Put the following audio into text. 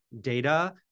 data